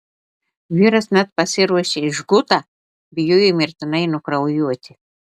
vyras net pasiruošė žgutą bijojo mirtinai nukraujuoti